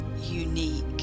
unique